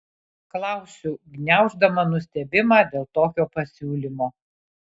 klausiu gniauždama nustebimą dėl tokio pasiūlymo